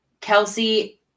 Kelsey